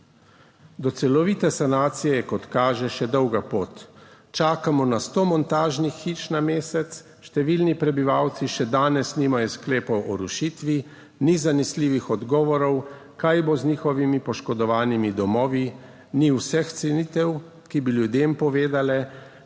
Do celovite sanacije je, kot kaže, še dolga pot. Čakamo na sto montažnih hiš na mesec, številni prebivalci še danes nimajo sklepov o rušitvi, ni zanesljivih odgovorov, kaj bo z njihovimi poškodovanimi domovi, ni vseh cenitev, ki bi ljudem povedale,